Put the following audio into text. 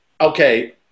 okay